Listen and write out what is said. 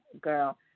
Girl